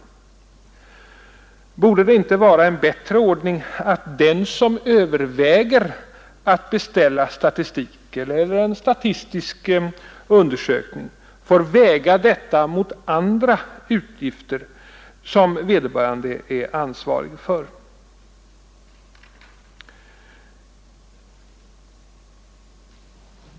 Vore det inte en bättre ordning att den som överväger att beställa statistik eller en statistisk undersökning finge väga kostnaderna mot andra utgifter som vederbörande är ansvarig för?